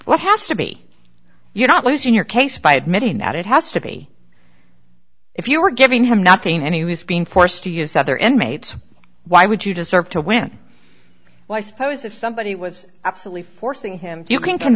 what has to be you're not losing your case by admitting that it has to be if you were giving him not paying any was being forced to use other inmates why would you deserve to win well i suppose if somebody was absolutely forcing him you can c